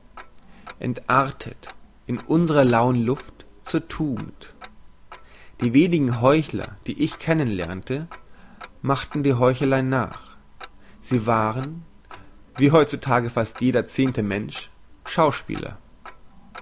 entartet in unsrer lauen luft zur tugend die wenigen heuchler die ich kennen lernte machten die heuchelei nach sie waren wie heutzutage fast jeder zehnte mensch schauspieler